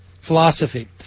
philosophy